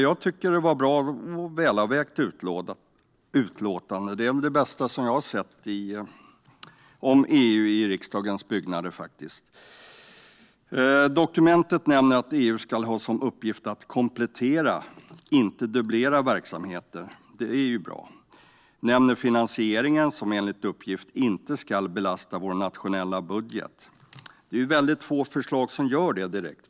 Jag tycker att det var ett bra och välavvägt utlåtande. Det är det bästa som jag har sett om EU i riksdagen. I dokumentet nämns att EU ska ha som uppgift att komplettera, inte dubblera, verksamheter. Det är bra. Finansieringen nämns och ska enligt uppgift inte belasta vår nationella budget. Det är få förslag som gör det direkt.